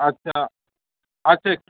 আচ্ছা আচ্ছা